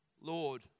Lord